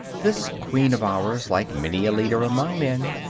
this queen of ours, like many a leader among men,